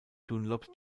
dunlop